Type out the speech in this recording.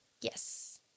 Yes